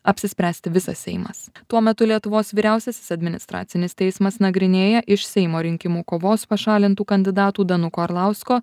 apsispręsti visas seimas tuo metu lietuvos vyriausiasis administracinis teismas nagrinėja iš seimo rinkimų kovos pašalintų kandidatų danuko arlausko